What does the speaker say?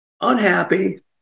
unhappy